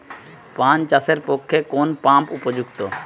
পান চাষের পক্ষে কোন পাম্প উপযুক্ত?